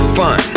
fun